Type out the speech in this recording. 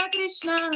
Krishna